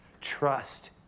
trust